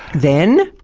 then,